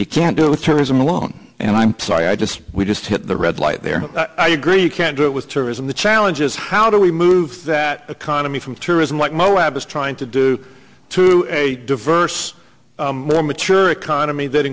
you can do with terrorism alone and i'm sorry i just we just hit the red light there i agree you can't do it with terrorism the challenge is how do we move that economy from tourism like moab is trying to do to a diverse more mature economy that